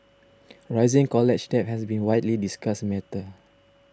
rising college debt has been widely discussed matter